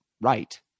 Right